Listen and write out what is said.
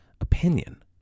opinion